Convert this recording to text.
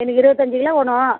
எனக்கு இருபத்தஞ்சி கிலோ வேணும்